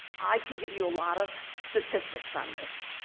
i can give you a lot of statistics on this,